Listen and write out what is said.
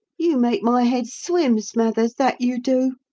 you make my head swim, smathers, that you do!